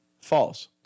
False